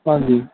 ਹਾਂਜੀ